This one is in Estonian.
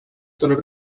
tuleb